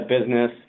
business